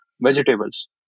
vegetables